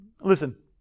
Listen